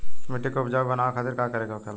मिट्टी की उपजाऊ बनाने के खातिर का करके होखेला?